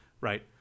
right